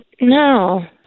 No